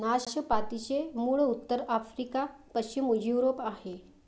नाशपातीचे मूळ उत्तर आफ्रिका, पश्चिम युरोप आहे